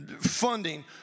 funding